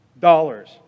Dollars